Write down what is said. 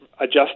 adjust